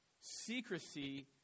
secrecy